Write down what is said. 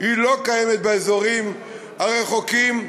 לא קיימת באזורים הרחוקים.